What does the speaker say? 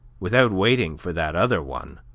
without waiting for that other one.